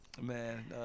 Man